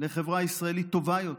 לחברה הישראלית טובה יותר,